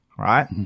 Right